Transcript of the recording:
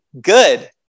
good